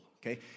Okay